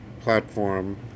platform